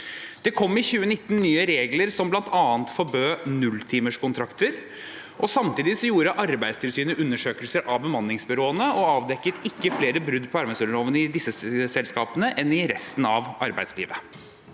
Det kom i 2019 nye regler, som bl.a. forbød nulltimerskontrakter. Samtidig gjorde Arbeidstilsynet undersøkelser av bemanningsbyråene og avdekket ikke flere brudd på arbeidsmiljøloven i disse selskapene enn i resten av arbeidslivet.